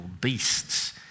beasts